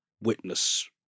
witness